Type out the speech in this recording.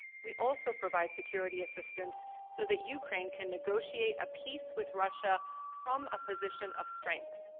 we also provide security assistance so that ukraine can negotiate a peace with russia from a position of strength.